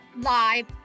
Live